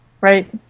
right